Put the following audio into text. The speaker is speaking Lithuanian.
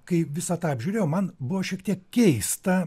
kai visą tą apžiūrėjau man buvo šiek tiek keista